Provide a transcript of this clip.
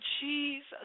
Jesus